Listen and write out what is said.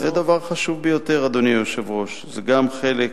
זה דבר חשוב ביותר, אדוני היושב-ראש, זה גם חלק